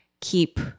keep